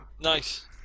Nice